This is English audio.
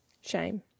Shame